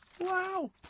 Wow